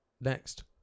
next